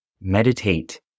Meditate